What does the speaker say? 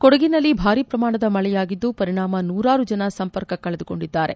ಕೊಡಗಿನಲ್ಲಿ ಭಾರಿ ಪ್ರಮಾಣದ ಮಳೆಯಾಗಿದ್ದು ಪರಿಣಾಮ ನೂರಾರು ಜನ ಸಂಪರ್ಕ ಕಳೆದುಕೊಂಡಿದ್ದಾರೆ